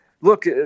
look